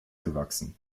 gewachsen